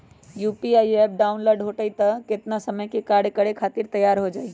UPI app download होई त कितना समय मे कार्य करे खातीर तैयार हो जाई?